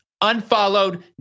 unfollowed